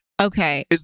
Okay